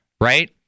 right